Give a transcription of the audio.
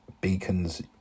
Beacons